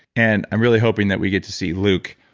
and i'm really hoping that we get to see luke,